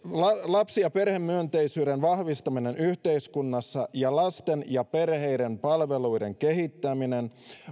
lapsi ja perhemyönteisyyden vahvistaminen yhteiskunnassa ja lasten ja perheiden palveluiden kehittäminen